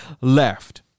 left